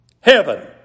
heaven